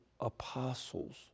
apostles